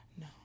No